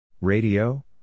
Radio